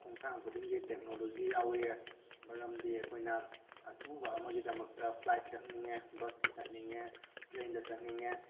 ꯈꯣꯡꯊꯥꯡ ꯈꯨꯗꯤꯡꯒꯤ ꯇꯦꯛꯅꯣꯂꯣꯖꯤ ꯌꯥꯎꯏ ꯃꯔꯝꯗꯤ ꯑꯩꯈꯣꯏꯅ ꯑꯊꯨꯕ ꯑꯃꯒꯤꯗꯃꯛꯇ ꯐ꯭ꯂꯥꯏꯠ ꯆꯠꯅꯤꯡꯉꯦ ꯕꯁꯇ ꯆꯠꯅꯤꯡꯉꯦ ꯇ꯭ꯔꯦꯟꯗ ꯆꯠꯅꯤꯡꯉꯦ